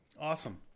Awesome